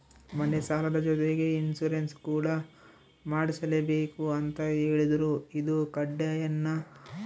ಮನೆ ಸಾಲದ ಜೊತೆಗೆ ಇನ್ಸುರೆನ್ಸ್ ಕೂಡ ಮಾಡ್ಸಲೇಬೇಕು ಅಂತ ಹೇಳಿದ್ರು ಇದು ಕಡ್ಡಾಯನಾ?